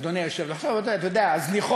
אדוני היושב-ראש הזניחות,